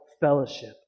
fellowship